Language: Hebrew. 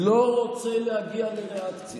לא רוצה להגיע לריאקציה.